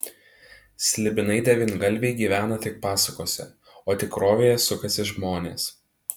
slibinai devyngalviai gyvena tik pasakose o tikrovėje sukasi žmonės